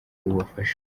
ubafasha